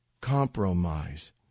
compromise